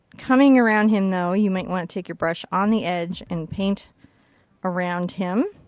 coming around him though, you might want to take your brush on the edge and paint around him.